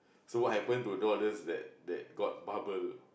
so what happen to all those that that got bubble